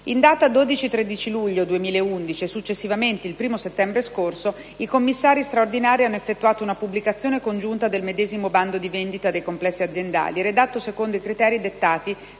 In data 12-13 luglio 2011 e, successivamente, il 1° settembre scorso i commissari straordinari hanno effettuato una pubblicazione congiunta del medesimo bando di vendita dei complessi aziendali redatto secondo i criteri dettati